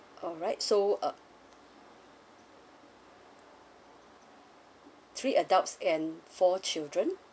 alright so uh three adults and four children